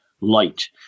light